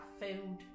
food